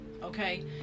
okay